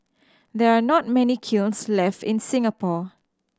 there are not many kilns left in Singapore